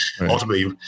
ultimately